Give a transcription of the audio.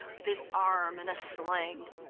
with his arm in a sling.